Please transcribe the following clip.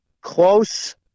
close